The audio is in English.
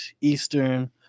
Eastern